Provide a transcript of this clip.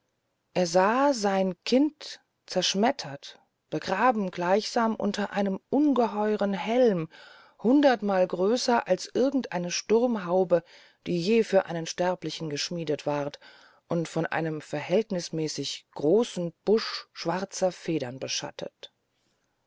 er sah sein kind zerschmettert begraben gleichsam unter einem ungeheuren helm hundertmal größer als irgend eine sturmhaube die je für einen sterblichen geschmiedet ward und von einem verhältnißmäßig großen busch schwarzer federn beschattet